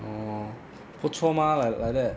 oh 不错 mah like like that